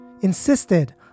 insisted